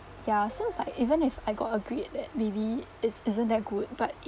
ya so it's like even if I got a grade that maybe is isn't that good but